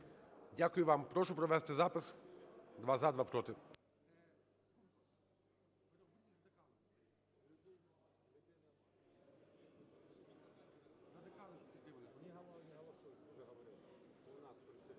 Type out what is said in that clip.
Дякую вам. Прошу провести запис: два – за, два – проти.